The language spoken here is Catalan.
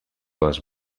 les